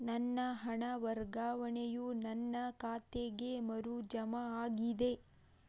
ನನ್ನ ಹಣ ವರ್ಗಾವಣೆಯು ನನ್ನ ಖಾತೆಗೆ ಮರು ಜಮಾ ಆಗಿದೆ